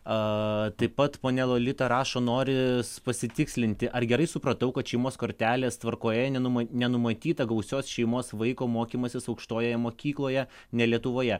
a taip pat ponia lolita rašo noris pasitikslinti ar gerai supratau kad šeimos kortelės tvarkoje nenuma nenumatyta gausios šeimos vaiko mokymasis aukštojoje mokykloje ne lietuvoje